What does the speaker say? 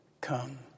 Come